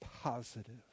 positive